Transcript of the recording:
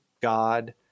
God